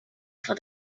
for